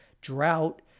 drought